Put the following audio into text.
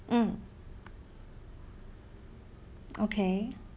mm okay